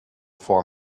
for